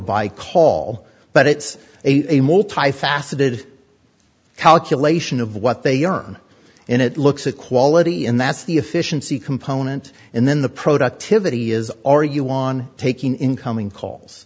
by call but it's a multi faceted calculation of what they earn and it looks a quality in that's the efficiency component and then the productivity is are you on taking incoming calls